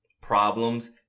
problems